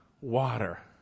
water